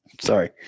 Sorry